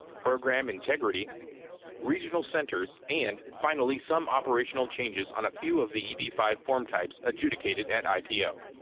program integrity regional centers and finally, some operational changes on a few of the eb five form types adjudicated at ipo.